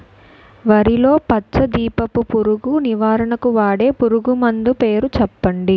వరిలో పచ్చ దీపపు పురుగు నివారణకు వాడే పురుగుమందు పేరు చెప్పండి?